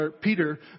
Peter